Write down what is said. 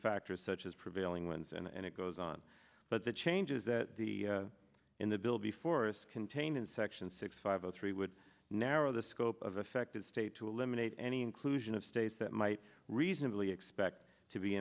factors such as prevailing winds and it goes on but the changes that the in the bill before us contained in section six five zero three would narrow the scope of affected state to eliminate any inclusion of states that might reasonably expect to be